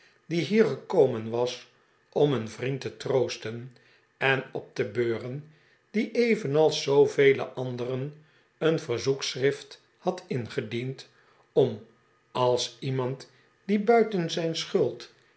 die hier gekomen was om een vriend te troosten en op te beuren die evenals zoovele anderen een verzoekschrift had ingediend om als iemand die buiten zijn schuld